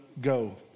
go